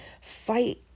fight